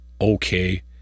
okay